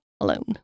alone